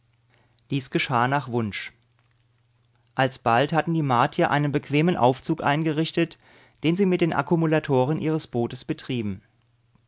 dies geschah nach wunsch alsbald hatten die martier einen bequemen aufzug eingerichtet den sie mit den akkumulatoren ihres bootes betrieben